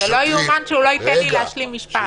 לא ייאמן שהוא לא נותן לי להשלים משפט.